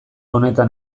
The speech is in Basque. honetan